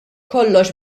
kollox